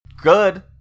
Good